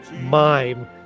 Mime